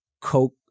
Coke